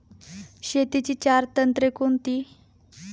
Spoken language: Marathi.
शेतीची चार तंत्रे कोणती?